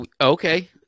Okay